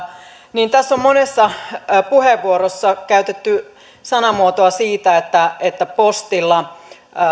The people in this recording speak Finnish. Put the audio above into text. niin tässä on monessa puheenvuorossa käytetty sanamuotoa että että postilla